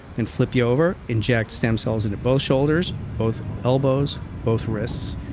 and flip you over, inject stem cells into both shoulders, both elbows, both wrists,